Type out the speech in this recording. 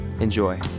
Enjoy